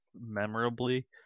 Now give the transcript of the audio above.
memorably